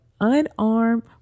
unarmed